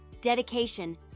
dedication